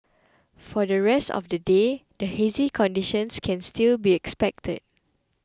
for the rest of the day a hazy conditions can still be expected